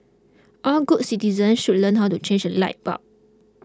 all good citizens should learn how to change a light bulb